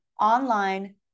online